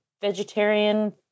vegetarian